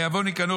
הבין ניקנור,